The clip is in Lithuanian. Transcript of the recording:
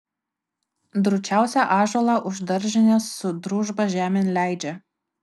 drūčiausią ąžuolą už daržinės su družba žemėn leidžia